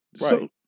Right